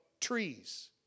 trees